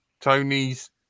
Tony's